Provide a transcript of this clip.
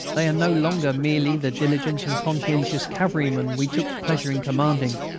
they are no longer merely the diligent and conscientious cavalrymen we took pleasure in commanding,